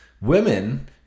Women